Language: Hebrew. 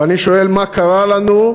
ואני שואל מה קרה לנו,